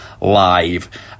live